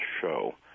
show